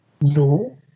no